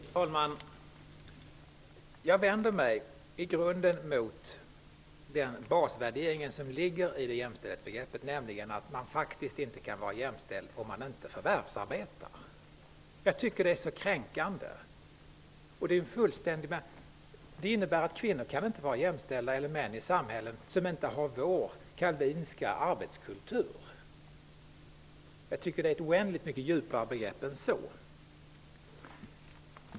Fru talman! Jag vänder mig i grunden mot den basvärdering som ligger i jämställdhetsbegreppet, nämligen att man inte kan vara jämställd om man inte förvärsarbetar. Jag tycker att det är kränkande. Det innebär att kvinnor eller män inte kan vara jämställda i samhällen som inte har vår calvinska arbetskultur. Jag tycker att det är ett oändligt mycket djupare begrepp än så.